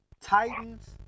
Titans